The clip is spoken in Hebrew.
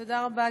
תודה רבה,